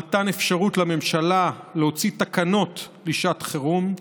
מתן אפשרות לממשלה להוציא תקנות לשעת חירום,